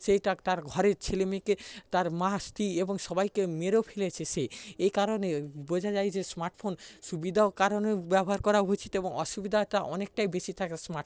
সেইটা তার ঘরের ছেলেমেয়েকে তার মাস্তি এবং সবাইকে মেরেও ফেলেছে সে এই কারণে বোঝা যায় যে স্মার্টফোন সুবিধারও কারণে ব্যবহার করা উচিত এবং অসুবিধাটা অনেকটাই বেশি থাকে স্মার্টফোনের